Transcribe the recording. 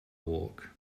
walk